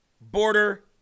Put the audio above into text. border